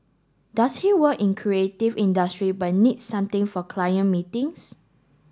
does he work in creative industry but needs something for client meetings